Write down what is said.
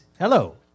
Hello